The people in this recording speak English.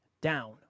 down